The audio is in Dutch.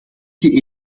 die